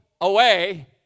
away